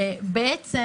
בעצם